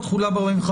ב-45